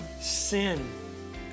sin